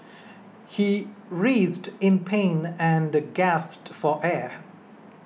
he writhed in pain and gasped for air